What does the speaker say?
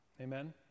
Amen